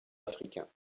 africain